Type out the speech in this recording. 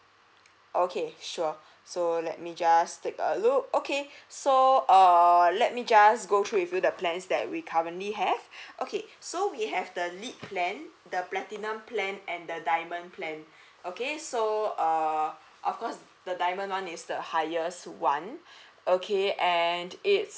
okay sure so let me just take a look okay so err let me just go through with you the plans that we currently have okay so we have the lead plan the platinum plan and the diamond plan okay so err of course the diamond one is the highest one okay and it's